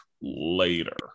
later